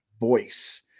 voice